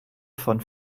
von